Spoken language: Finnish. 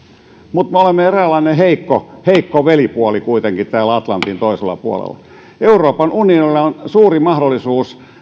mutta olemme eräänlainen heikko heikko velipuoli kuitenkin täällä atlantin toisella puolella euroopan unionilla on suuri mahdollisuus